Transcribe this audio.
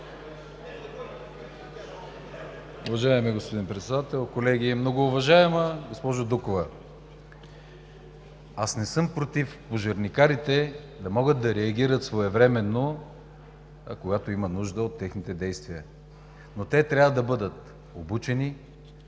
Уважаеми господин Председател, колеги! Многоуважаема госпожо Дукова, аз не съм против пожарникарите да могат да реагират своевременно, когато има нужда от техните действия. Но те трябва да бъдат обучени,